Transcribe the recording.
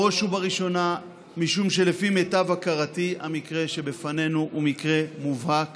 בראש ובראשונה משום שלפי מיטב הכרתי המקרה שלפנינו הוא מקרה מובהק